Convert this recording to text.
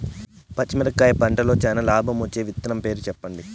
పచ్చిమిరపకాయ పంటలో చానా లాభం వచ్చే విత్తనం పేరు చెప్పండి?